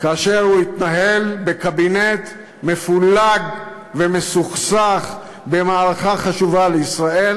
כאשר הוא התנהל בקבינט מפולג ומסוכסך במערכה חשובה לישראל